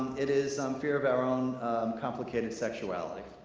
it is fear of our own complicated sexuality.